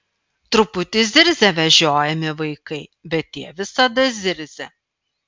truputį zirzia vežiojami vaikai bet tie visada zirzia